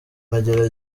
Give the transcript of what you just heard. cyangwa